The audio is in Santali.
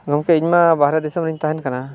ᱜᱚᱢᱠᱮ ᱤᱧᱢᱟ ᱵᱟᱦᱨᱮ ᱫᱤᱥᱚᱢ ᱨᱮᱧ ᱛᱟᱦᱮᱱ ᱠᱟᱱᱟ